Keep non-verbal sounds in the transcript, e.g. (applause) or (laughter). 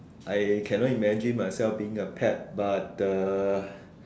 I cannot imagine myself being a pet but uh (breath)